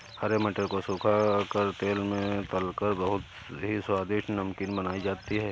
हरे मटर को सुखा कर तेल में तलकर बहुत ही स्वादिष्ट नमकीन बनाई जाती है